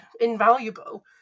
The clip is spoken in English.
invaluable